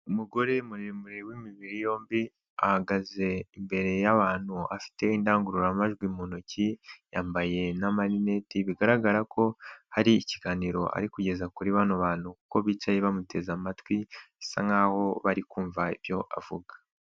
Umugore muremure w'imibiri yombi ahagaze imbere y'abantu afite indangururamajwi mu ntoki yambaye n'amarineti, bigaragara ko hari ikiganiro ari kugeza kuri bano bantu kuko bicaye bamuteze amatwi bisa nkaho bari kumva ibyo avuga.